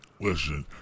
Listen